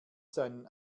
seinen